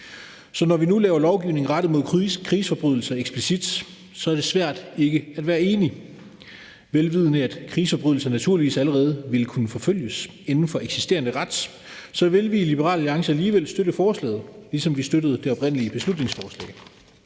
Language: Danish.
Så når vi nu laver lovgivning rettet mod krigsforbrydelser eksplicit, er det svært ikke at være enig. Vel vidende at krigsforbrydelser naturligvis allerede ville kunne forfølges inden for eksisterende ret, vil vi i Liberal Alliance alligevel støtte forslaget, ligesom vi støttede det oprindelige beslutningsforslag,